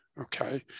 Okay